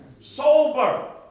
Sober